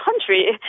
country